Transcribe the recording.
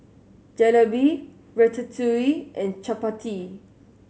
Jalebi Ratatouille and Chapati